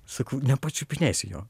sakau nepačiupinėsi jo